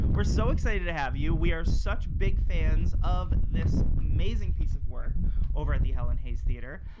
we're so excited to have you. we are such big fans of this amazing piece of work over at the helen hayes theater.